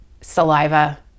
saliva